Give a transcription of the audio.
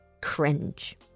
cringe